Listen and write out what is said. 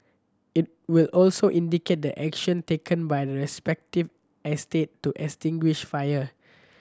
it will also indicate the action taken by respective estate to extinguish fire